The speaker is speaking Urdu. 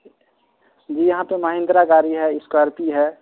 جی یہاں پہ مہندرا گاڑی ہے اسکورپی ہے